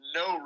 no